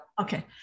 Okay